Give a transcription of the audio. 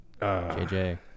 jj